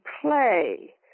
play